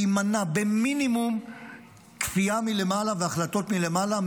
להימנע, מינימום כפייה מלמעלה והחלטות מלמעלה.